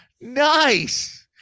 nice